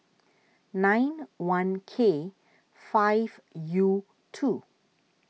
nine one K five U two